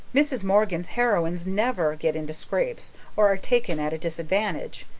mrs. morgan's heroines never get into scrapes or are taken at a disadvantage,